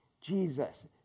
Jesus